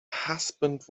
husband